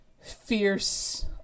fierce